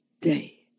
day